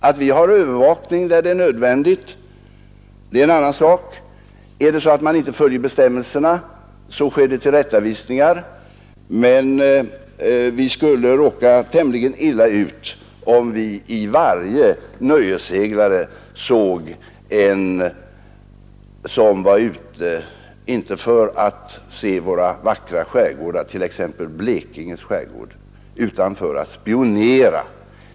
Att övervakning sker där det är nödvändigt, är en annan sak. Följer man inte bestämmelserna, sker tillrättavisningar, men vi skulle råka tämligen illa ut, om vi i varje nöjesseglare såg en person som var ute inte för att se vår vackra skärgård, t.ex. Blekinge skärgård, utan för att spionera.